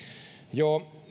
jo